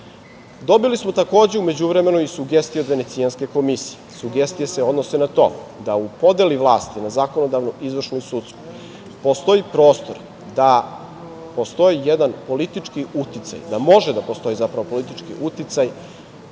smo, takođe, u međuvremenu i sugestije od Venecijanske komisije. Sugestije se odnose na to da u podeli vlasti na zakonodavnu, izvršnu i sudsku postoji prostor da postoji jedan politički uticaj, zapravo, da može da postoji politički uticaj